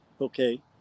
okay